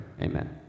Amen